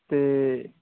ਅਤੇ